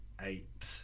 eight